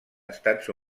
estats